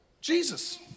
Jesus